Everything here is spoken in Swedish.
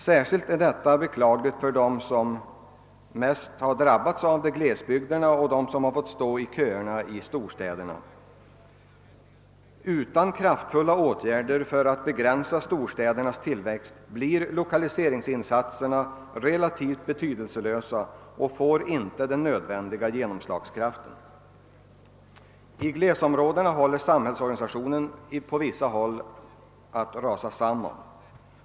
Särskilt är detta beklagligt för dem som mest har drabbats — glesbygderna och de som fått stå i köerna i storstäderna. Utan kraftfulla åtgärder för att begränsa storstädernas tillväxt blir lokaliseringsinsatserna relativt betydelselösa och får inte den nödvändiga genomslagkraften. I vissa glesområden håller samhällsorganen på att rasa samman.